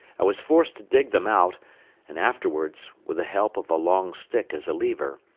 i was forced to dig them out and afterwards, with the help of a long stick as a lever,